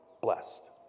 blessed